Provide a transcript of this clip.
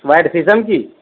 white شیشم کی